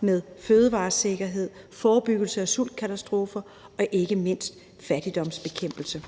med fødevaresikkerhed, forebyggelse af sultkatastrofer og ikke mindst fattigdomsbekæmpelse.